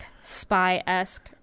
spy-esque